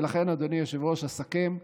ולכן, אדוני היושב-ראש, אסכם: